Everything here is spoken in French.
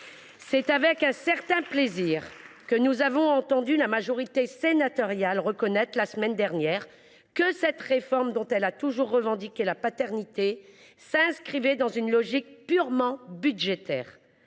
C’est avec un certain plaisir que nous avons entendu la majorité sénatoriale reconnaître, la semaine dernière, que cette réforme, dont elle a toujours revendiqué la paternité, s’inscrivait dans une logique purement budgétaire.